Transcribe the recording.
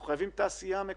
אנחנו חייבים תעשייה מקומית,